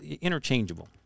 interchangeable